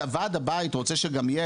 וועד הבית רוצה שגם יהיה,